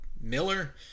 Miller